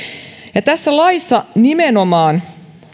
tässä laissa nimenomaan